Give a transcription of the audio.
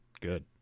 good